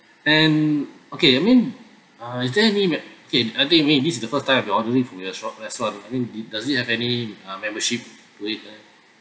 and okay I mean uh is there any mem~ okay uh okay I mean this is the first time I'll be ordering from your shop that's why I mean d~ does it have any membership uh to it uh